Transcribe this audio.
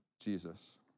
Jesus